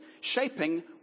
Shaping